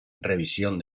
revisión